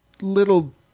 little